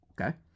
Okay